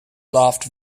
laughed